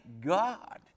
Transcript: God